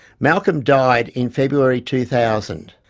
malcolm died in february two thousand.